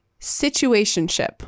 situationship